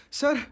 sir